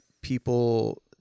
people